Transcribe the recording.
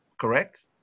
correct